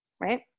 right